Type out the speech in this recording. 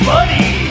Buddy